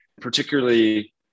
particularly